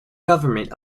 government